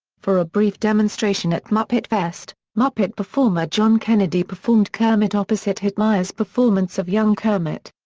for a brief demonstration at muppetfest, muppet performer john kennedy performed kermit opposite whitmire's performance of young kermit.